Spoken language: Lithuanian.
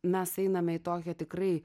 mes einame į tokią tikrai